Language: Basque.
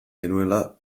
genuela